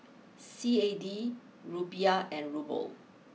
C A D Rupiah and Ruble